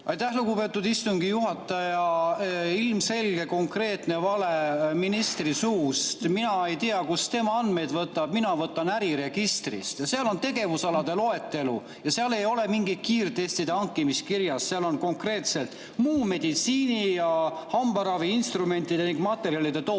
Aitäh, lugupeetud istungi juhataja! Ilmselge konkreetne vale ministri suust. Mina ei tea, kust tema andmeid võtab, mina võtan äriregistrist. Seal on tegevusalade loetelu ja seal ei ole mingit kiirtestide hankimist kirjas, seal on konkreetselt: muu meditsiini- ja hambaraviinstrumentide ning materjalide tootmine.